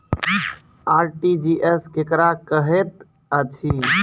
RTGS केकरा कहैत अछि?